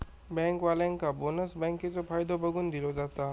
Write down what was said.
बँकेवाल्यांका बोनस बँकेचो फायदो बघून दिलो जाता